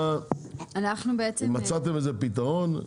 מצאתם איזה פתרון?